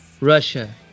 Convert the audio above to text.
russia